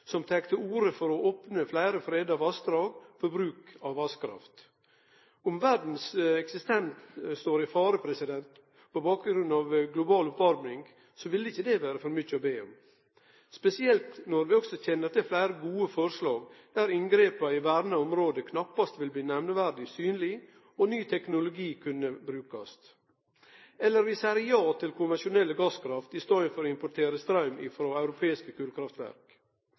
som tek til orde for å opne opp for å bruke fleire freda vassdrag til vasskraft. Om verdas eksistens står i fare på grunn av global oppvarming, ville ikkje det vore for mykje å be om, spesielt når vi også kjenner til fleire gode forslag der inngrepa i verna område knappast ville bli nemneverdig synlege, og ny teknologi kunne brukast, eller vi seier ja til konvensjonelle gasskraftverk i staden for å importere straum frå europeiske